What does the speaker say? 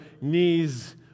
knees